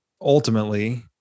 ultimately